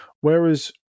whereas